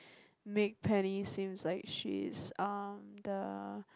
make Penny seems like she's um the